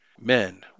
Men